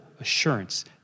assurance